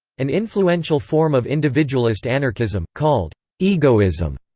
an influential form of individualist anarchism, called egoism,